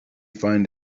find